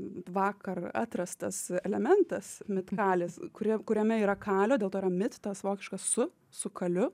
vakar atrastas elementas mitkalis kuri kuriame yra kalio dėl to yra mit tas vokiškas su su kaliu